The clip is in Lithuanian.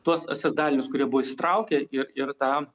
tuos eses dalinius kurie buvo įsitraukę ir ir tą